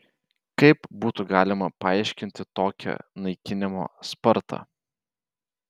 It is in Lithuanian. kaip būtų galima paaiškinti tokią naikinimo spartą